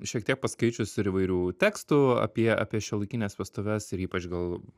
šiek tiek paskaičius ir įvairių tekstų apie apie šiuolaikines vestuves ir ypač gal